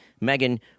Megan